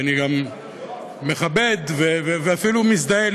ואני גם מכבד ואפילו מזדהה,